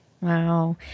Wow